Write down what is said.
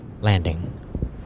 landing